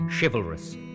chivalrous